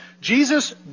Jesus